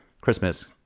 christmas